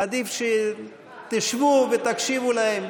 עדיף שתשבו ותקשיבו להם.